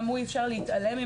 גם ממנו אי-אפשר להתעלם,